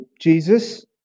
Jesus